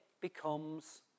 becomes